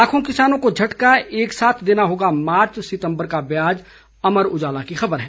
लाखों किसानों को झटका एक साथ देना होगा मार्च सितंबर का ब्याज अमर उजाला की खबर है